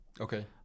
Okay